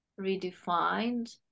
redefined